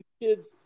Kids